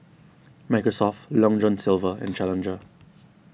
Microsoft Long John Silver and Challenger